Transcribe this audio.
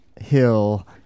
Hill